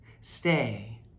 Stay